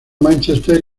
mánchester